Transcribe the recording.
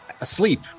asleep